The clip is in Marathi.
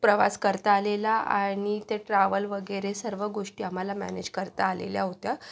प्रवास करता आलेला आणि त्या ट्रॅव्हल वगैरे सर्व गोष्टी आम्हाला मॅनेज करता आलेल्या होत्या